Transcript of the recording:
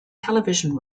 television